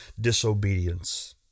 disobedience